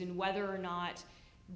and whether or not